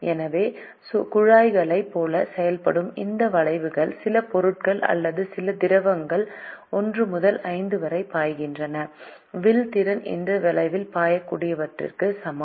எனவே குழாய்களைப் போல செயல்படும் இந்த வளைவுகளில் சில பொருட்கள் அல்லது சில திரவங்கள் 1 முதல் 5 வரை பாய்கின்றன வில் திறன் இந்த வளைவில் பாயக்கூடியவற்றுக்கு சமம்